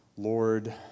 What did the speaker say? Lord